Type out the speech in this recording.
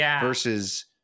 versus